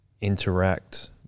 interact